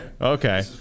Okay